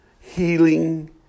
healing